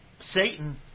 Satan